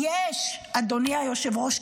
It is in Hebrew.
אדוני היושב-ראש,